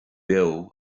beo